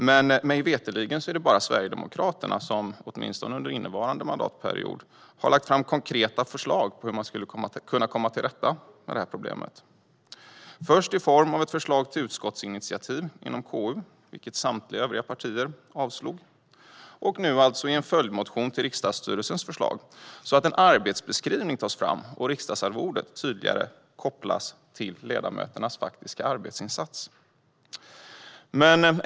Men mig veterligen är det bara Sverigedemokraterna som, åtminstone under innevarande mandatperiod, har lagt fram konkreta förslag på hur man skulle kunna komma till rätta med problemet. Vi har gjort det först i form av ett förslag till utskottsinitiativ från KU, vilket samtliga övriga partier avslog, och sedan i en följdmotion till riksdagsstyrelsens förslag för att en arbetsbeskrivning ska tas fram och riksdagsarvodet tydligare kopplas till ledamöternas faktiska arbetsinsats.